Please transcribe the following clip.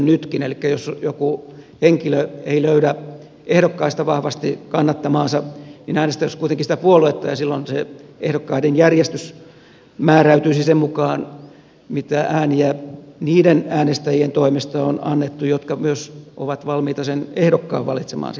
elikkä jos joku henkilö ei löydä ehdokkaista vahvasti kannattamaansa niin äänestäisi kuitenkin sitä puoluetta ja silloin se ehdokkaiden järjestys määräytyisi sen mukaan mitä ääniä on annettu niiden äänestäjien toimesta jotka myös ovat valmiita sen ehdokkaan valitsemaan sieltä joukosta